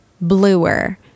bluer